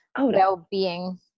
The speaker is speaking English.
well-being